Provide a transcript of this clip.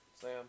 Sam